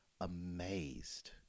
amazed